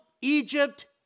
Egypt